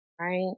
right